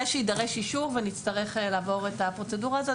שיידרש אישור ונצטרך לעבור את הפרוצדורה הזאת,